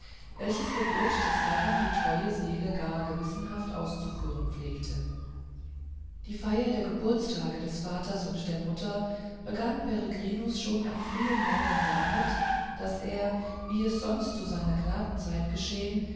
welches gebot des herrn die treue seele gar gewissenhaft auszuführen pflegte die feier der geburtstage des vaters und der mutter begann peregrinus schon am frühen morgen damit daß er wie es sonst zu seiner knabenzeit geschehen